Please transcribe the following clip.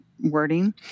wording